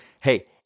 Hey